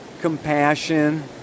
Compassion